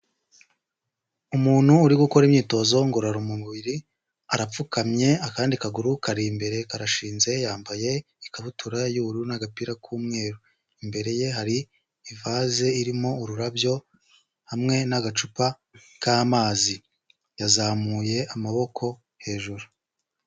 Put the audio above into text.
Umuntu uri gukora imyitozo ngorora mubiri, arapfukamye akandi kaguru kari imbere karashinze, yambaye ikabutura y'ubururu n'agapira k'umweru, imbere ye hari ivaze irimo ururabyo, hamwe n'agacupa k'amazi, yazamuye amaboko hejuru.